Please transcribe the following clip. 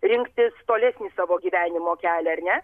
rinktis tolesnį savo gyvenimo kelią ar ne